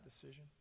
decision